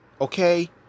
Okay